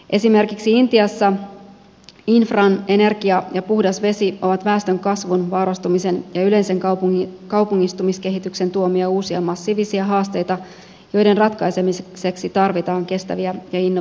esimerkiksi intiassa infran energia ja puhdas vesi ovat väestön kasvun vaurastumisen ja yleisen kaupungistumiskehityksen tuomia uusia massiivisia haasteita joiden ratkaisemiseksi tarvitaan kestäviä ja innovatiivisia ratkaisuja